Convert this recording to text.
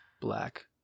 black